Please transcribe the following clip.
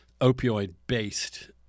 opioid-based